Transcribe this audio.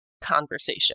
conversation